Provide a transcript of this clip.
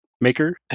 maker